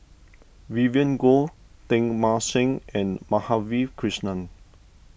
Vivien Goh Teng Mah Seng and Madhavi Krishnan